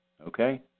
Okay